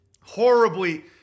Horribly